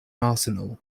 arsenal